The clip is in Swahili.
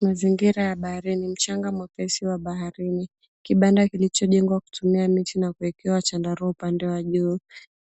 Mazingira ya baharini, mchanga mwepesi wa baharini, kibanda kilichojengwa kutumia miti na kuekewa chandarua upande wa juu,